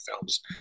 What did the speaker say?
films